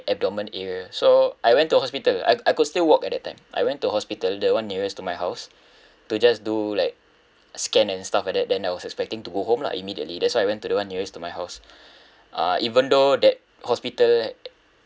abdomen area so I went to hospital I could I could still walk at that time I went to hospital the one nearest to my house to just do like scan and stuff like that then I was expecting to go home lah immediately that's why I went to the one nearest to my house uh even though that hospital